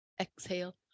Exhale